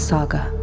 Saga